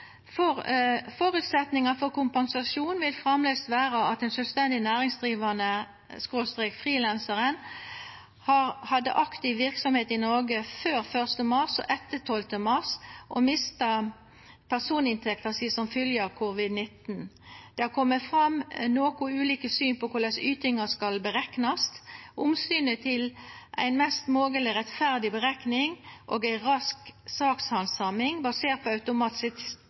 for kompensasjon vil framleis vera at ein sjølvstendig næringsdrivande/frilansar hadde aktiv verksemd i Noreg før 1. mars og etter 12. mars og mista personinntekta si som fylgje av covid-19. Det har kome fram noko ulike syn på korleis ytinga skal bereknast. Omsynet til ei mest mogleg rettferdig berekning og ei rask sakshandsaming basert på